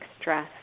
stress